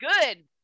good